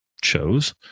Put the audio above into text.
chose